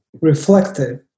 reflected